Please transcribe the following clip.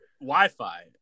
Wi-Fi